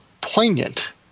poignant